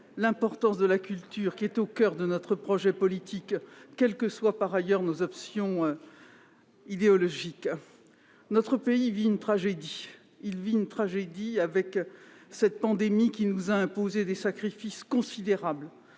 l'importance de la culture, qui est au coeur de notre projet politique, quelles que soient, par ailleurs, nos options idéologiques. Notre pays vit une tragédie avec cette pandémie, qui nous a imposé des sacrifices considérables